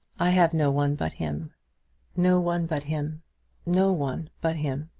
i have no one but him no one but him no one but him.